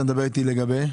אתה מדבר איתי לגבי?